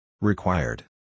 Required